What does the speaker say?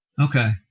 Okay